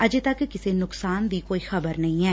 ਅਜੇ ਤੱਕ ਕਿਸੇ ਨੁਕਸਾਨ ਦੀ ਕੋਈ ਖ਼ਬਰ ਨਹੀ ਐ